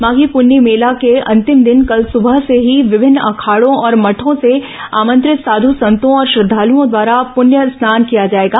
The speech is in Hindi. माघी पून्नी भेला के अंतिम दिन कल सुबह से ही विभिन्न अखाड़ों और मठों से आमंत्रित साध्र संतों और श्रद्वालुओं द्वारा पृण्य स्नान किया जाएगा